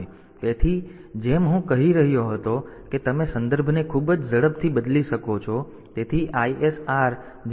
તેથી જેમ હું કહી રહ્યો હતો કે તમે સંદર્ભને ખૂબ જ ઝડપથી બદલી શકો છો